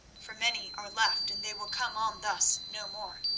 for many are left and they will come on thus no more.